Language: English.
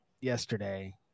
yesterday